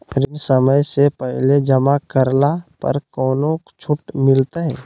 ऋण समय से पहले जमा करला पर कौनो छुट मिलतैय?